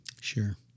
Sure